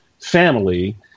family